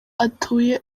atuye